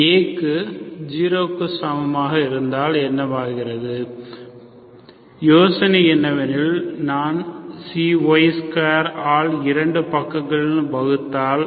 A க்கு 0 க்கு சமமாக இருந்தால் என்னவாகிறதுயோசனை என்னவெனில் நான்y2 ஆல் இரண்டு பக்கங்களிலும் வகுத்தால்